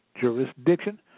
jurisdiction